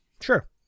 sure